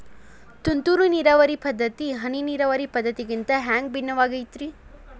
ತುಂತುರು ನೇರಾವರಿ ಪದ್ಧತಿ, ಹನಿ ನೇರಾವರಿ ಪದ್ಧತಿಗಿಂತ ಹ್ಯಾಂಗ ಭಿನ್ನವಾಗಿ ಐತ್ರಿ?